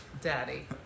Daddy